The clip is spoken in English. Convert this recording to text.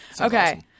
okay